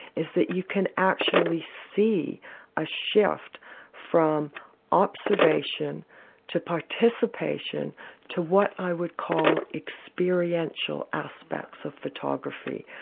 is that you can actually see a shift from observation to participation to what i would call experiential aspects of photography,